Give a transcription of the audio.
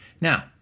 Now